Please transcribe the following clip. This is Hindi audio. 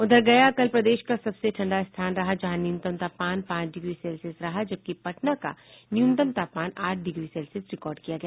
उधर गया कल प्रदेश का सबसे ठंडा स्थान रहा जहां का न्यूनतम तापमान पांच डिग्री सेल्सियस रहा जबकि पटना का न्यूनतम तापमान आठ डिग्री सेल्सियस रिकॉर्ड किया गया